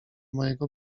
mojego